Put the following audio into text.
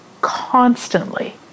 constantly